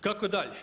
Kako dalje?